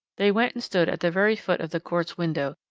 they went and stood at the very foot of the quartz window,